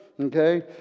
Okay